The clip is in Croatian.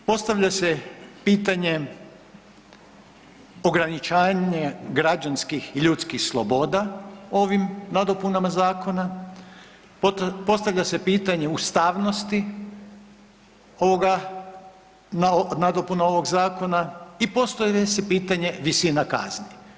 Postavlja se pitanje ograničavanje građanskih i ljudskih sloboda ovim nadopunama zakona, postavlja se pitanje ustavnosti ovoga nadopuna ovog zakona i postavlja se pitanje visina kazni.